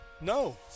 No